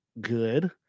good